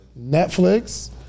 Netflix